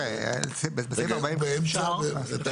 אני